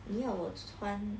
你要我穿